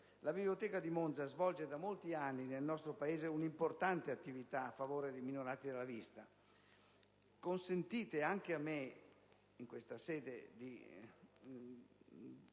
la Biblioteca di Monza svolge da molti anni nel nostro Paese un'importante attività in favore dei minorati della vista. Consentite anche a me in sede di